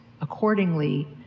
accordingly